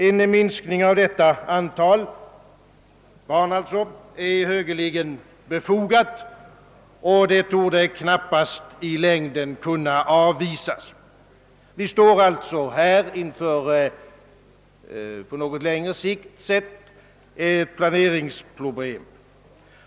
En minskning av detta antal barn är synnerligen befogad, och kravet torde knappast i längden kunna avvisas. Vi står alltså här, på något längre sikt, inför ett planeringsproblem.